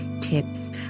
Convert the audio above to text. tips